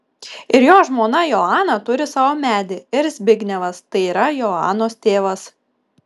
ir jo žmona joana turi savo medį ir zbignevas tai yra joanos tėvas